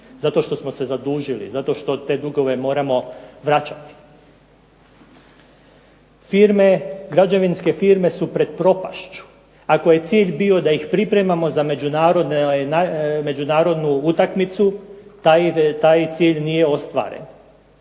zato što smo se zadužili, zato što te dugove moramo vraćati. Firme, građevinske firme su pred propašću. Ako je cilj bio da ih pripremamo za međunarodnu utakmicu taj cilj nije ostvaren.